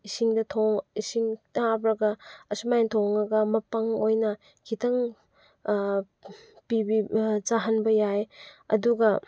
ꯏꯁꯤꯡ ꯈꯤꯇꯪ ꯍꯥꯞꯂꯒ ꯑꯁꯨꯃꯥꯏꯅ ꯊꯣꯛꯉꯒ ꯃꯄꯪ ꯑꯣꯏꯅ ꯈꯤꯇꯪ ꯄꯤꯕꯤꯕ ꯆꯥꯍꯟꯕ ꯌꯥꯏ ꯑꯗꯒ